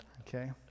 Okay